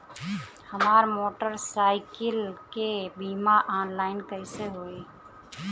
हमार मोटर साईकीलके बीमा ऑनलाइन कैसे होई?